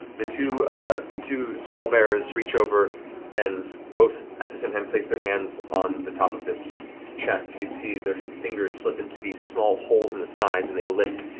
the two the two scalebearers reach over and both at the same time place their hands on the top of this chest. you can see their fingers slip into these small holes on and the sides and they lift,